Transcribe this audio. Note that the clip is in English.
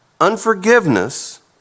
unforgiveness